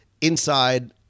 inside